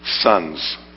Sons